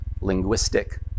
linguistic